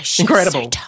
Incredible